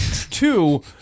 two